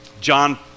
John